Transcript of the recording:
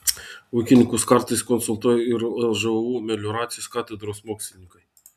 ūkininkus kartais konsultuoja ir lžūu melioracijos katedros mokslininkai